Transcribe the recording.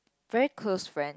very close friend